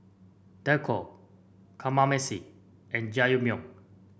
Dako Kamameshi and Jajangmyeon